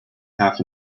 half